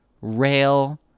rail